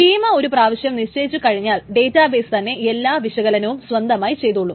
schema ഒരു പ്രാവശ്യം നിശ്ചയിച്ചു കഴിഞ്ഞാൽ ഡേറ്റാ ബെസ് തന്നെ എല്ലാ വിശകലനവും സ്വന്തമായി ചെയ്തോളും